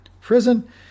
prison